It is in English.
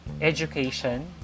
education